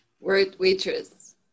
Waitress